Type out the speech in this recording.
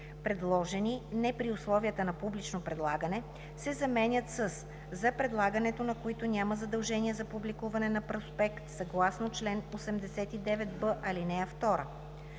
„предложени не при условията на публично предлагане“ се заменят със „за предлагането на които няма задължение за публикуване на проспект съгласно чл. 89б, ал. 2“.